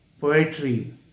poetry